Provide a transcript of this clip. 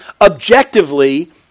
objectively